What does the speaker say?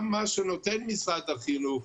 גם מה שנותן משרד החינוך,